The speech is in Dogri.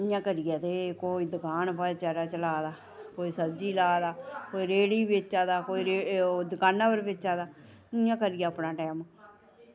ते इ'यां करियै कोई दकान चला दा कोई सब्ज़ी ला दा कोई रेह्ड़ी बेचा दा कोई दकानै पर बेचा दा इ'यां करियै अपना टैम